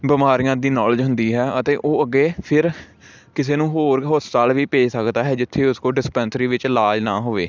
ਬਿਮਾਰੀਆਂ ਦੀ ਨੋਲਜ ਹੁੰਦੀ ਹੈ ਅਤੇ ਉਹ ਅੱਗੇ ਫਿਰ ਕਿਸੇ ਨੂੰ ਹੋਰ ਹਸਪਤਾਲ ਵੀ ਭੇਜ ਸਕਦਾ ਹੈ ਜਿੱਥੇ ਉਸ ਕੋਲ ਡਿਸਪੈਂਸਰੀ ਵਿੱਚ ਇਲਾਜ ਨਾ ਹੋਵੇ